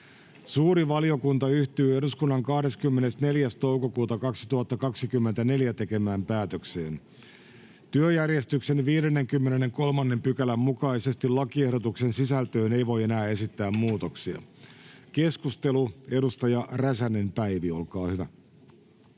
Suuri valiokunta yhtyy eduskunnan 24.5.2024 tekemään päätökseen. Työjärjestyksen 53 §:n mukaisesti lakiehdotuksen sisältöön ei voi enää esittää muutoksia. — Keskustelu, edustaja Räsänen, Päivi, olkaa hyvä.